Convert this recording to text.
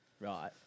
right